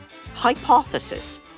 Hypothesis